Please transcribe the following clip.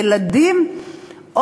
ילדים,